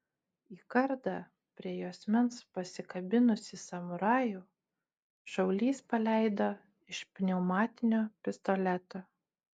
į kardą prie juosmens pasikabinusį samurajų šaulys paleido iš pneumatinio pistoleto